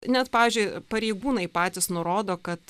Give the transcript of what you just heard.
net pavyzdžiui pareigūnai patys nurodo kad